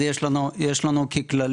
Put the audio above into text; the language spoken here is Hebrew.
מה שעות הפעילות?